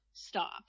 Stop